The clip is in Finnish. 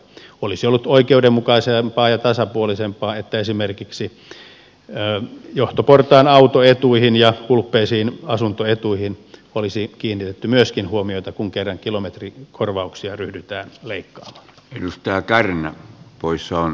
olisi ollut oikeudenmukaisempaa ja tasapuolisempaa että esimerkiksi johtoportaan autoetuihin ja hulppeisiin asuntoetuihin olisi kiinnitetty myöskin huomiota kun kerran kilometrikorvauksia ryhdytään leikkaamaan